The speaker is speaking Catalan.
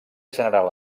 general